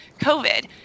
COVID